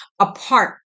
apart